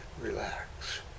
Relax